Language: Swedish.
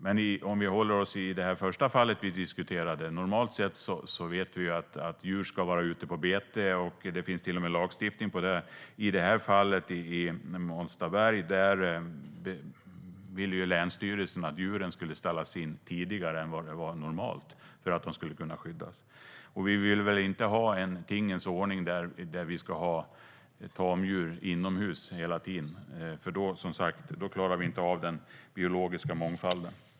Låt oss hålla oss till det första fallet vi diskuterade. Normalt sett vet vi att djur ska vara ute på bete. Det finns till och med lagstiftning i frågan. I fallet Molstaberg vill länsstyrelsen att djuren ska ställas in tidigare än normalt för att skydda dem. Vi vill väl inte ha en tingens ordning där tamdjur ska hållas inomhus hela tiden. Då klarar vi inte av att upprätthålla den biologiska mångfalden.